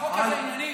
החוק הזה הוא ענייני?